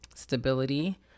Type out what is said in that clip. stability